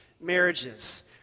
marriages